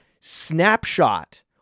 Snapshot